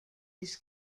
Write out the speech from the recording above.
his